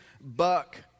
buck